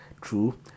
true